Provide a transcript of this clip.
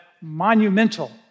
monumental